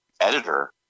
editor